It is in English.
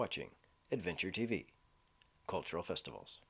watching adventure t v cultural festivals